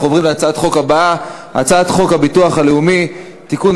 אנחנו עוברים להצעת החוק הבאה: הצעת חוק הביטוח הלאומי (תיקון,